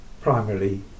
primarily